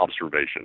observation